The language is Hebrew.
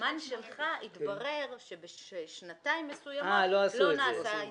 בזמן שלך התברר שבשנתיים מסוימות לא נעשה העדכון.